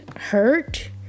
hurt